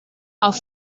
auf